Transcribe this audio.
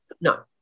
No